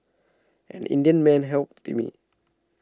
an Indian man helped me